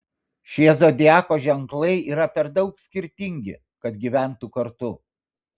šie zodiako ženklai yra per daug skirtingi kad gyventų kartu